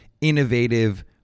innovative